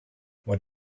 what